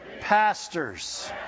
pastors